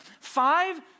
Five